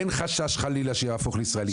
אין חשש חלילה שיהפוך לישראלי.